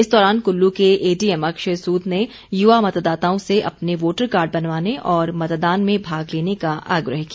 इस दौरान कुल्लू के एडीएम अक्षय सूद ने युवा मतदाताओं से अपने वोटर कार्ड बनवाने और मतदान में भाग लेने का आग्रह किया